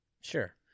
Sure